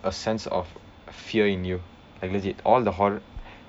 a sense of fear in you like legit all the horror